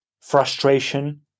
frustration